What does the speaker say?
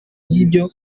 ngibyo